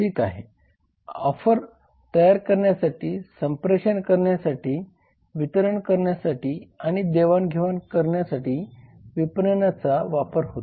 ठीक आहे ऑफर तयार करण्यासाठी संप्रेषण करण्यासाठी वितरण करण्यासाठी आणि देवाणघेवाण करण्यासाठी विपणननाचा वापर होतो